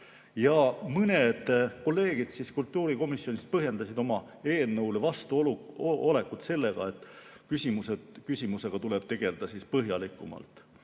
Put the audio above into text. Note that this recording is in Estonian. Mõned kolleegid kultuurikomisjonis põhjendasid oma eelnõule vastuolekut sellega, et küsimusega tuleb tegelda põhjalikumalt.